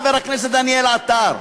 חבר הכנסת דניאל עטר.